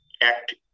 act